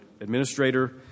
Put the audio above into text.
administrator